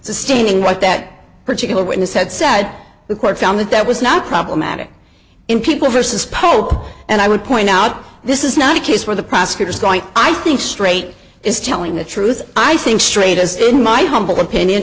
sustaining what that particular witness had said the court found that that was not problematic in people versus pope and i would point out this is not a case where the prosecutor's going i think straight is telling the truth i think straight a student my humble opinion